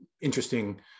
interesting